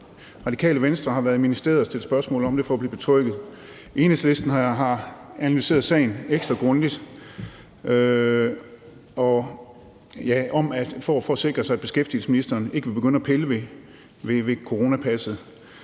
Radikale Venstre har været i ministeriet og stillet spørgsmål om det for at blive betrygget. Enhedslisten har analyseret sagen ekstra grundigt for at sikre sig, at beskæftigelsesministeren ikke ville begynde at pille ved coronapasset.